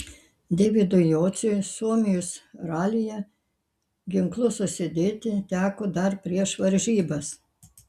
deividui jociui suomijos ralyje ginklus susidėti teko dar prieš varžybas